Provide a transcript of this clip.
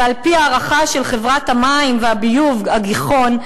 ועל-פי הערכה של חברת המים והביוב "הגיחון",